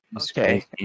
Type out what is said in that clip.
Okay